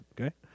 okay